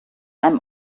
einem